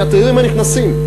מהתיירים הנכנסים.